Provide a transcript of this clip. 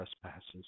trespasses